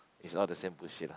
it's all the same bullshit lah